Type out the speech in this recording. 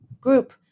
group